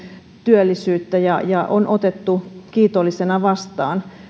työllisyyttä ja ja on otettu kiitollisena vastaan